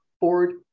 board